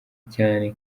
cyane